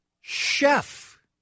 chef